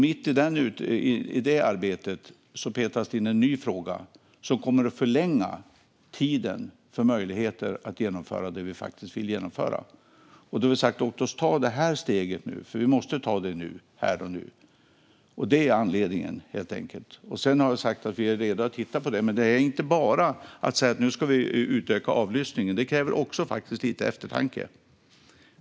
Mitt i det arbetet petas det in en ny fråga, vilket kommer att förlänga tiden för möjligheterna att genomföra det vi vill. Då har vi sagt: Låt oss ta det här steget, för vi måste ta det här och nu. Detta är anledningen, helt enkelt. Sedan har vi sagt att vi är redo att titta på den här frågan, men det handlar inte bara om att säga att vi ska utöka avlyssningen, utan det kräver också lite eftertanke.